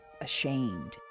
ashamed